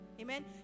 Amen